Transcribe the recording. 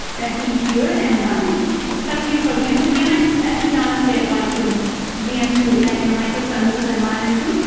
that we hear and run into, especially for vm to vm. and ah to be honest, they apply to vm to like you know microservices environment too.